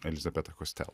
elizabetą kostelo